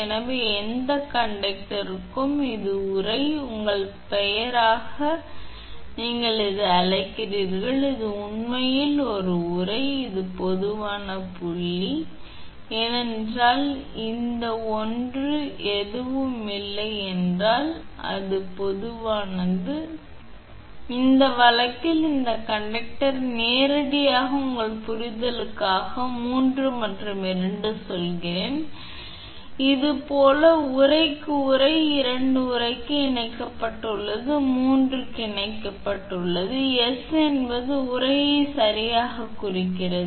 எனவே எந்த 2 கண்டக்டரும் இது உறை உங்களின் பெயராக நீங்கள் இதை அழைக்கிறீர்கள் இது உண்மையில் ஒரு உறை இது ஒரு பொதுவான புள்ளி சரியானது ஏனென்றால் இந்த 1 எதுவும் இல்லை என்றால் அது பொதுவானது புள்ளி எனவே இந்த வழக்கில் 2 மற்றும் 3 இந்த கண்டக்டர் நேரடியாக உங்கள் புரிதலுக்காகவே சொல்கிறேன் இது போல் உறை 3 உறைக்கு இணைக்கப்பட்டுள்ளது மற்றும் 2 உறைக்கு இணைக்கப்பட்டுள்ளது அது S என்பது உறையை சரியாக குறிக்கிறது